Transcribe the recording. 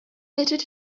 knitted